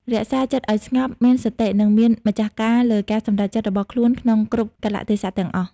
រក្សាចិត្តឱ្យស្ងប់ មានសតិ និងមានម្ចាស់ការលើការសម្រេចចិត្តរបស់ខ្លួនក្នុងគ្រប់កាលៈទេសៈទាំងអស់។